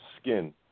skin